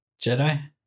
jedi